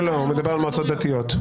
לא, הוא דיבר על מועצות דתיות.